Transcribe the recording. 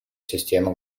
системы